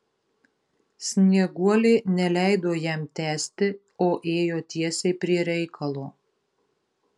snieguolė neleido jam tęsti o ėjo tiesiai prie reikalo